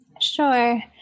Sure